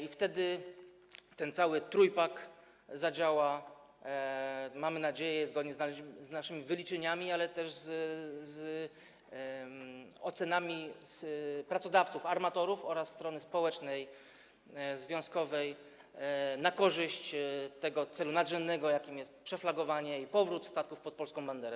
I wtedy ten cały trójpak zadziała, mamy nadzieję, zgodnie z naszymi wyliczeniami, ale też zgodnie z ocenami pracodawców, armatorów oraz strony społecznej, związkowej, na korzyść tego celu nadrzędnego, jakim jest przeflagowanie i powrót statków pod polską banderę.